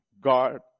God